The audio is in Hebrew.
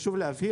חשוב להבהיר